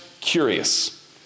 curious